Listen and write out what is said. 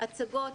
הצגות,